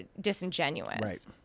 disingenuous